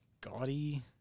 gaudy